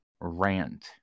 Rant